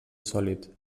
sòlid